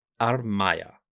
Armaya